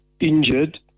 injured